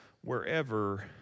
wherever